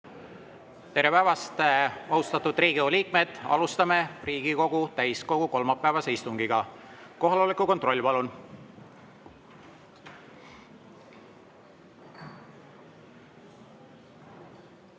Tere päevast, austatud Riigikogu liikmed! Alustame Riigikogu täiskogu kolmapäevast istungit. Kohaloleku kontroll, palun!